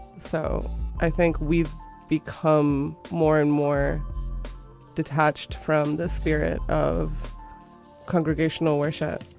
so i think we've become more and more detached from the spirit of congregational worship